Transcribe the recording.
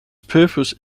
purpose